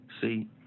See